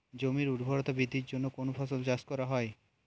জমির উর্বরতা বৃদ্ধির জন্য কোন ফসলের চাষ করা হয়?